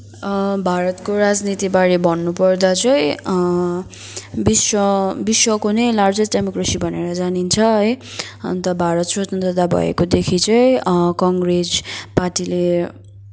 भारतको राजनीतिबारे भन्नुपर्दा चाहिँ विश्व विश्वको नै लार्जेस्ट डेमोक्रेसी भनेर जानिन्छ है अन्त भारत स्वतन्त्रता भएकोदेखि चाहिँ कङ्ग्रेस पार्टीले